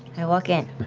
i walk in.